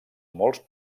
molts